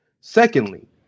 Secondly